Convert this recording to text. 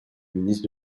ministre